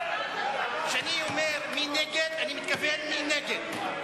כשאני אומר מי נגד, אני מתכוון מי נגד.